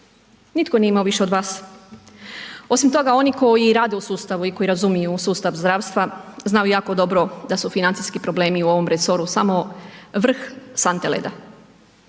Nitko nije imao više od vas. Osim toga oni koji rade u sustavu i koji razumiju sustav zdravstva znaju jako dobro da su financijski problemi u ovom resoru samo vrh sante leda.